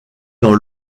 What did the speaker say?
dans